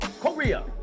Korea